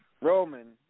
Roman